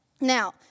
Now